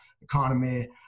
economy